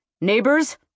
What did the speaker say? Neighbors